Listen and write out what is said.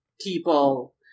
people